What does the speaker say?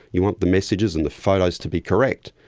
you want the messages and the photos to be correct.